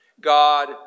God